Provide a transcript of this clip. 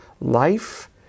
life